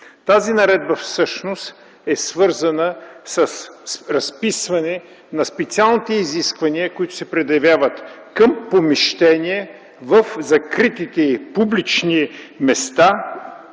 Тази наредба всъщност е свързана с разписване на специалните изисквания, които се предявяват към помещения в закритите публични места,